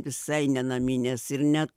visai ne naminės ir ne